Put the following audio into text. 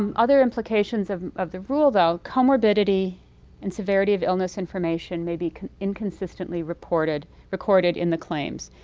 um other implications of of the rule though, comorbidity and severity of illness information may be inconsistently reported recorded in the claims,